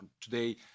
today